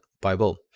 Bible